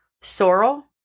sorrel